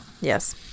Yes